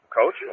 Coach